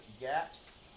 GAPS